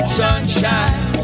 sunshine